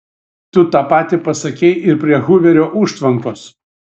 tu tą patį pasakei ir prie huverio užtvankos